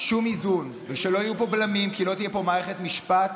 שום איזון וכשלא יהיו פה בלמים כי לא תהיה פה מערכת משפט,